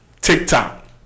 TikTok